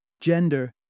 Gender